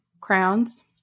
Crowns